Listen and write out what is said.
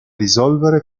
risolvere